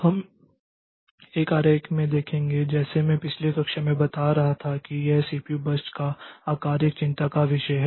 हम एक आरेख में देखेंगे जैसे मैं पिछली कक्षा में बता रहा था कि यह सीपीयू बर्स्ट का आकार एक चिंता का विषय है